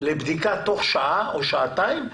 לבדיקה תוך שעה או שעתיים,